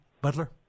Butler